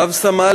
רב-סמל